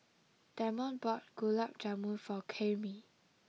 Damon bought Gulab Jamun for Karyme